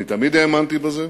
אני תמיד האמנתי בזה,